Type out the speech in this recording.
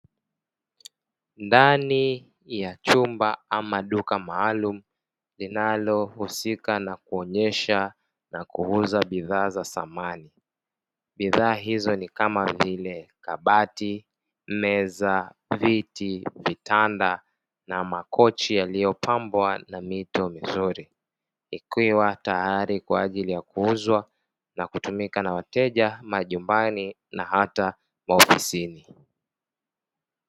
Ndani ya chumba ama duka maalumu linalohusika na kuonyesha na kuuza bidhaa za samani. Bidhaa hizo ni kama vile: kabati, meza, viti, vitanda na makochi yaliyopambwa na mito mizuri; ikiwa tayari kwa ajili ya kuuzwa na kutumika na wateja majumbani na hata maofisini.